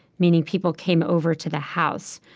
meaning people came over to the house.